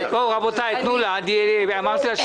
יאנוח-ג'ת,